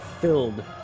filled